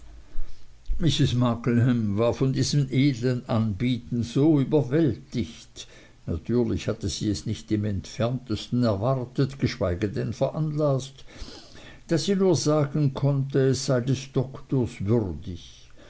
markleham war von diesem edeln anerbieten so überwältigt natürlich hatte sie es nicht im entferntesten erwartet geschweige denn veranlaßt daß sie nur sagen konnte es sei des doktors würdig